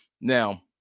Now